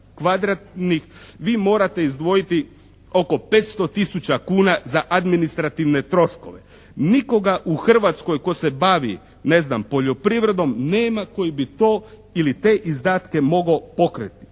kvadratnih, vi morate izdvojiti oko 500 tisuća kuna za administrativne troškove. Nikoga u Hrvatskoj tko se bavi, ne znam, poljoprivredom nema koji bi to ili te izdatke mogao pokriti.